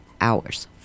hours